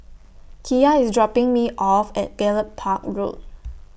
Kiya IS dropping Me off At Gallop Park Road